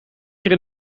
keer